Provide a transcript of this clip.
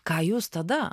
ką jūs tada